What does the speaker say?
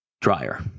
Dryer